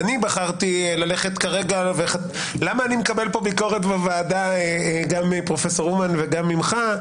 אני מקבל פה ביקורת בוועדה גם מפרופ' אומן וגם ממך,